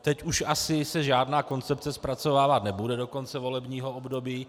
Teď už asi se žádná koncepce zpracovávat nebude do konce volebního období.